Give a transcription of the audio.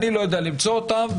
אני לא יודע למצוא אותם,